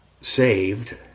saved